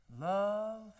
Love